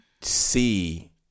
see